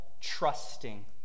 trusting